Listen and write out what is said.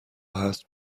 هست